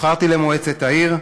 נבחרתי למועצת העיר,